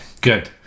good